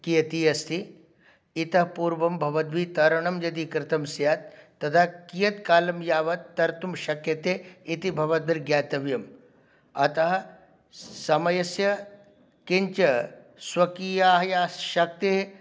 कियति अस्ति इतः पूर्वं भवद्भिः तरणं यदि कृतं स्यात् तदा कियत्कालं यावत् तर्तुं शक्यते इति भवद्भिः ज्ञातव्यम् अतः समयस्य किञ्च स्वकीयायाः शक्तेः